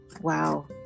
Wow